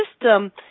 system